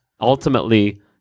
ultimately